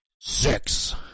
Six